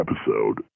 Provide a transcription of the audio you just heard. episode